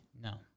No